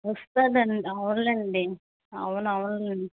వస్తుందం అవునులేండి అవును అవును